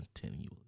Continually